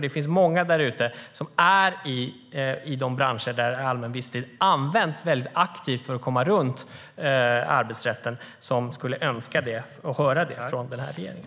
Det finns många anställda i branscher där anställningsformen allmän visstid används aktivt för att komma runt arbetsrätten som skulle vilja höra vad regeringen har att säga.